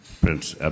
Prince